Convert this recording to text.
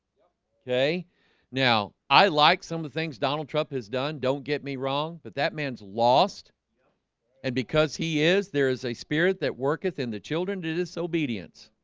okay now i like some of the things donald trump has done. don't get me wrong, but that man's lost yeah and because he is there there is a spirit that worketh in the children to disobedience